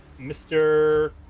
Mr